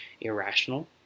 irrational